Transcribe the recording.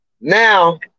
Now